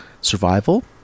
survival